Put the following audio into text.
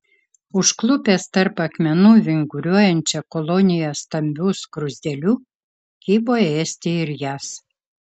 užklupęs tarp akmenų vinguriuojančią koloniją stambių skruzdėlių kibo ėsti ir jas